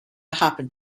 happened